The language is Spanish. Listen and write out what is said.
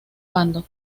bando